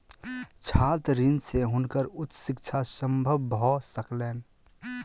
छात्र ऋण से हुनकर उच्च शिक्षा संभव भ सकलैन